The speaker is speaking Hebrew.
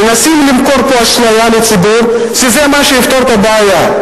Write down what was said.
מנסים למכור פה אשליה לציבור שזה מה שיפתור את הבעיה.